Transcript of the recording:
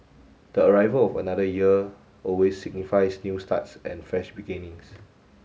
the arrival of another year always signifies new starts and fresh beginnings